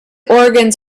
organs